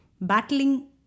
battling